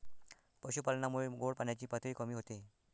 पशुपालनामुळे गोड पाण्याची पातळी कमी होते